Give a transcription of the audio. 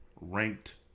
ranked